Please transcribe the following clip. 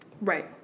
Right